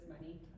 money